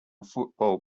football